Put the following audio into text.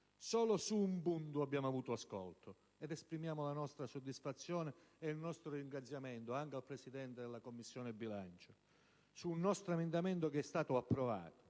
Solo su un punto abbiamo avuto ascolto, ed esprimiamo la nostra soddisfazione ed il nostro ringraziamento anche al Presidente della Commissione bilancio. Un nostro emendamento è stato approvato: